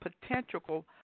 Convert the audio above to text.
potential